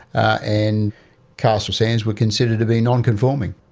and castle sands were considered to be non-conforming.